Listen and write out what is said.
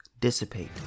dissipate